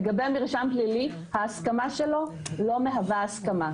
לגבי המרשם הפלילי, ההסכמה שלו לא מהווה הסכמה.